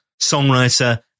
songwriter